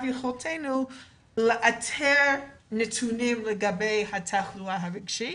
יכולתנו לאתר נתונים לגבי התחלואה הרגשית,